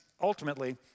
ultimately